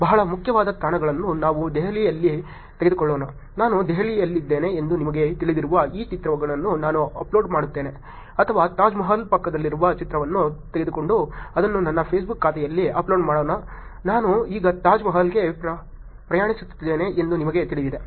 ಬಹಳ ಮುಖ್ಯವಾದ ತಾಣಗಳನ್ನು ನಾವು ದೆಹಲಿಯಲ್ಲಿ ತೆಗೆದುಕೊಳ್ಳೋಣ ನಾನು ದೆಹಲಿಯಲ್ಲಿದ್ದೇನೆ ಎಂದು ನಿಮಗೆ ತಿಳಿದಿರುವ ಈ ಚಿತ್ರವನ್ನು ನಾನು ಅಪ್ಲೋಡ್ ಮಾಡುತ್ತೇನೆ ಅಥವಾ ತಾಜ್ ಮಹಲ್ ಪಕ್ಕದಲ್ಲಿರುವ ಚಿತ್ರವನ್ನು ತೆಗೆದುಕೊಂಡು ಅದನ್ನು ನನ್ನ ಫೇಸ್ಬುಕ್ ಖಾತೆಯಲ್ಲಿ ಅಪ್ಲೋಡ್ ಮಾಡೋಣ ನಾನು ಈಗ ತಾಜ್ ಮಹಲ್ಗೆ ಪ್ರಯಾಣಿಸುತ್ತಿದ್ದೇನೆ ಎಂದು ನಿಮಗೆ ತಿಳಿದಿದೆ